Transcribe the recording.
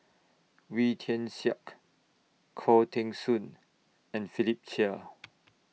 Wee Tian Siak Khoo Teng Soon and Philip Chia